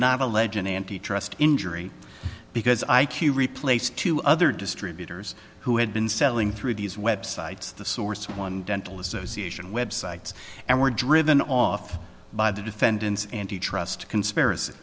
not allege an antitrust injury because i q replaced two other distributors who had been selling through these websites the source one dental association web sites and were driven off by the defendant's antitrust conspiracy